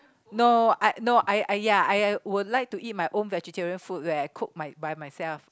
no I no I I ya I would like to eat my own vegetarian food where I cook my by myself